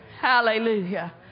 Hallelujah